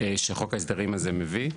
שחוק ההסדרים הזה מביא,